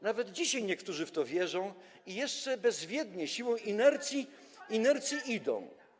Nawet dzisiaj niektórzy w to wierzą i jeszcze bezwiednie, siłą inercji, za tym idą.